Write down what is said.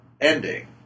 ending